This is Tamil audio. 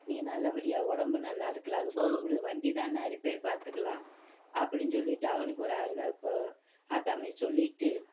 நீ நல்லபடியாக உடம்பு நல்லா இருக்கில அது போதும் விடு வண்டி தானே ரிப்பேர் பார்த்துக்கலாம் அப்படின்னு சொல்லிவிட்டு அவனுக்கு ஒரு இதை இப்போ ஆற்றாமைய சொல்லிவிட்டு